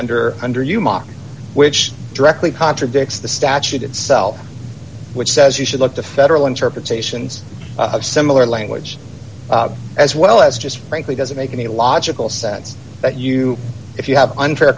under under you mock which directly contradicts the statute itself which says you should look to federal interpretations of similar language as well as just frankly doesn't make any logical sense that you if you have unfair